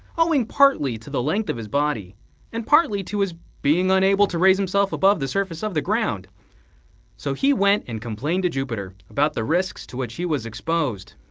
owing partly to the length of his body and partly to his being unable to raise himself above the surface of the ground so he went and complained to jupiter about the risks to which he was exposed.